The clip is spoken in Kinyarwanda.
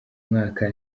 mwaka